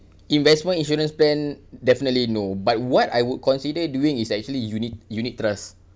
investment insurance plan definitely no but what I would consider doing is actually unit unit trust